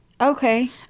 Okay